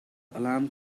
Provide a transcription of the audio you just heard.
alarm